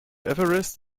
everest